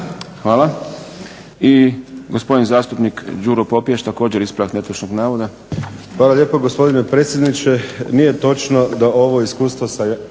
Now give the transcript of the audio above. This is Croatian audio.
Hvala. I gospodin zastupnik Đuro Popijač, također ispravak netočnog navoda. **Popijač, Đuro (HDZ)** Hvala lijepo, gospodine predsjedniče. Nije točno da ovo iskustvo sa